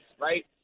right